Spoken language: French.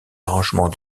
arrangements